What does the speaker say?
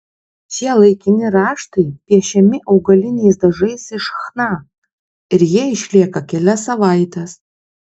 šie laikini raštai piešiami augaliniais dažais iš chna ir jie išlieka kelias savaites